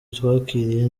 twakiriye